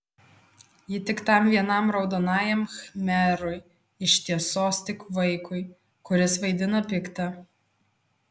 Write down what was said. ji tik tam vienam raudonajam khmerui iš tiesos tik vaikui kuris vaidina piktą